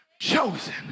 Chosen